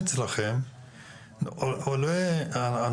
אגב כדאי שתרשמו אצלכם,